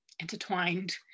intertwined